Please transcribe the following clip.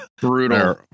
Brutal